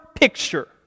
picture